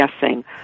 guessing